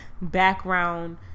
background